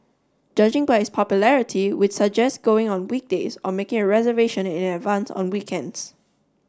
judging by its popularity we'd suggest going on weekdays or making a reservation in advance on weekends